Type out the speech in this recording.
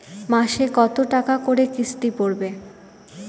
মাসে কত টাকা করে কিস্তি পড়বে?